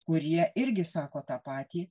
kurie irgi sako tą patį